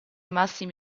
massimi